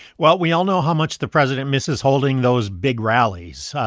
well, we all know how much the president misses holding those big rallies.